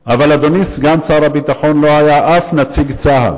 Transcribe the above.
אבל, אדוני סגן שר הביטחון, לא היה אף נציג צה"ל